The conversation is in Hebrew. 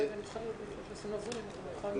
צריך לעקוב במסגרת הוועדה הזאת אחרי הגרף של השילוב הממשי,